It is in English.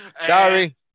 Sorry